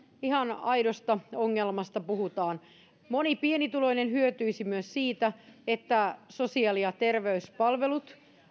ihan aidosta ongelmasta puhutaan moni pienituloinen hyötyisi myös siitä että sosiaali ja terveyspalvelut